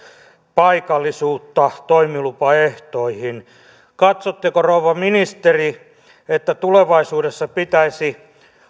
paikallisuutta toimilupaehtoihin katsotteko rouva ministeri että tulevaisuudessa pitäisi